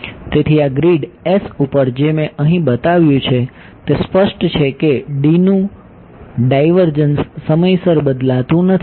તેથી આ grid S ઉપર જે મેં અહીં બતાવ્યું છે તે સ્પષ્ટ છે કે D નું ડાઇવરજન્સ સમયસર બદલાતું નથી